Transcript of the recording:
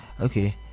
Okay